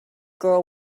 girl